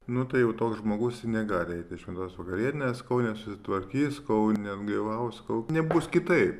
nu tai jau toks žmogus negali eiti šventos vakarienės kol nesusitvarkys kol ne atgailaus kol nebus kitaip